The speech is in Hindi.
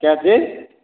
क्या चीज